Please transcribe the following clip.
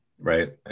right